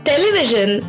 television